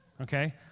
okay